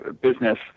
business